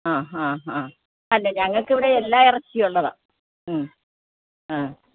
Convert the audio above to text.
ആ ആ ആ അല്ല ഞങ്ങൾക്കിവിടെ എല്ലാ ഇറച്ചിയുള്ളതാ ആ